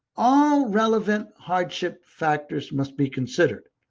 all relevant hardship factors must be considered.